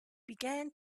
began